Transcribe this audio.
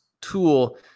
tool